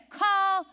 call